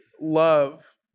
love